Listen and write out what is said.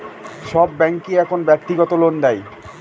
সব ব্যাঙ্কই এখন ব্যক্তিগত লোন দেয়